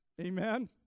Amen